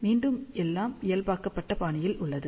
மீண்டும் எல்லாம் இயல்பாக்கப்பட்ட பாணியில் உள்ளது